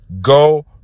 go